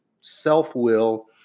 self-will